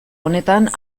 honetan